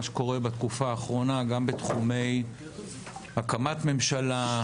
שקורה בתקופה האחרונה גם בתחומי הקמת ממשלה,